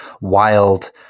wild